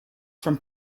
from